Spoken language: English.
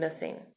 missing